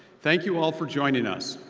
thank you all for joining us.